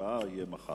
תהיה מחר.